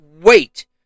wait